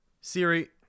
Siri